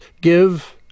Give